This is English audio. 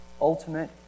ultimate